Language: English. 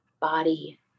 body